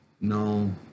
No